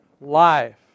life